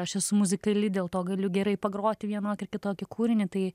aš esu muzikali dėl to galiu gerai pagroti vienokį ar kitokį kūrinį tai